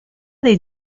dei